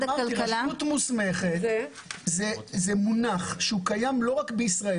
רשות מוסמכת זה מונח שקיים לא רק בישראל